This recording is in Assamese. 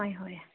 হয় হয়